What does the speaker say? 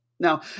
Now